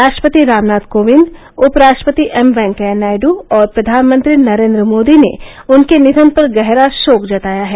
राष्ट्रपति रामनाथ कोविंद उपराष्ट्रपति एम वेंकैया नायड् और प्रधानमंत्री नरेन्द्र मोदी ने उनके निधन पर गहरा शोक जताया है